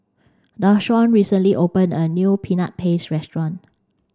Deshawn recently opened a new Peanut Paste Restaurant